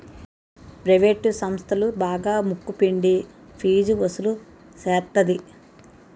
private సంస్థలు బాగా ముక్కు పిండి ఫీజు వసులు సేత్తది